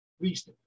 least